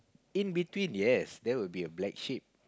in between yes there will be a black sheep